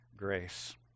Grace